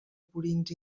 purins